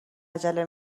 عجله